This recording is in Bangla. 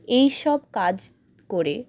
এই সব কাজ করে